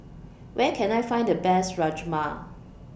Where Can I Find The Best Rajma